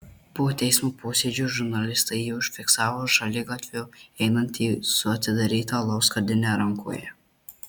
po teismo posėdžio žurnalistai jį užfiksavo šaligatviu einantį su atidaryta alaus skardine rankoje